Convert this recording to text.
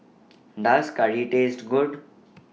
Does Curry Taste Good